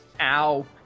Ow